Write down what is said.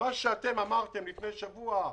מה שאתם אמרתם לפני שבוע,